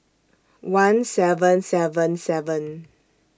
one seven seven seven